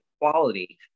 quality